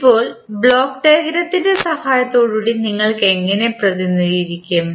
ഇപ്പോൾ ബ്ലോക്ക് ഡയഗ്രാമിൻറെ സഹായത്തോടെ നിങ്ങൾ എങ്ങനെ പ്രതിനിധീകരിക്കും